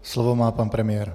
Slovo má pan premiér.